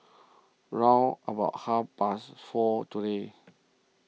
round about half past four today